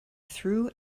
through